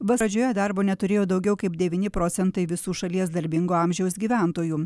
valdžioje darbo neturėjo daugiau kaip devyni procentai visų šalies darbingo amžiaus gyventojų